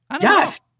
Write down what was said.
Yes